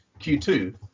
Q2